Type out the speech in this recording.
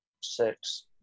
six